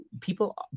people